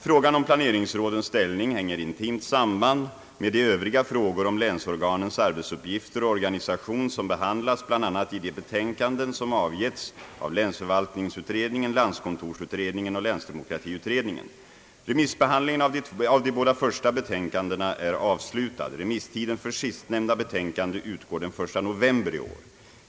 Frågan om planeringsrådens ställning hänger intimt samman med de övriga frågor om länsorganens arbetsuppgifter och organisation som behandlas bl.a. i de betänkanden som avgetts av länsförvaltningsutredningen, landskontorsutredningen och länsdemokratiutredningen. Remissbehandlingen av de båda första betänkandena är avslutad. Remisstiden för sistnämnda betänkande utgår den 1 november i år.